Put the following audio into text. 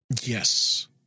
Yes